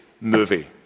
movie